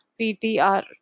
PTR